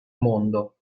mondo